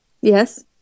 Yes